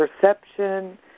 perception